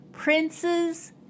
Prince's